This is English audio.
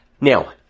Now